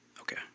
Okay